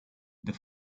the